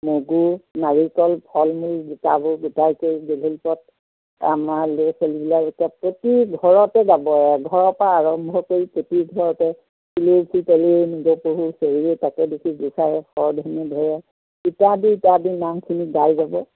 মগু নাৰিকল ফল মূল গোটাব গোটাই কৰি গধূলি পৰত আমাৰ ল'ৰা ছোৱালীবিলাকে প্ৰতি ঘৰতে যাব এঘৰৰ পৰা আৰম্ভ কৰি প্ৰতি ঘৰতে তুলসীৰ তলে মৃগপহু চৰে তাকে দেখি ৰামচন্দ্ৰই শৰধনু ধৰে ইত্যাদি ইত্যাদি নামখিনি গাই যাব